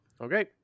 Okay